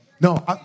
No